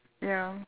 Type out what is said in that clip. ya